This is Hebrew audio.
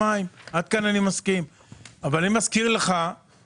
אני רוצה לדבר על שורש הבעיה כחברה ערבית,